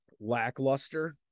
lackluster